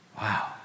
Wow